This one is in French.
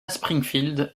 springfield